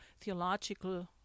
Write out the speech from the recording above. theological